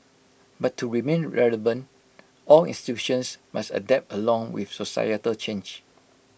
but to remain relevant all institutions must adapt along with societal change